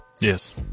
Yes